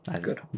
Good